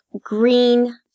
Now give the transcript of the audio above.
green